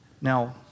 Now